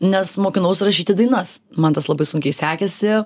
nes mokinaus rašyti dainas man tas labai sunkiai sekėsi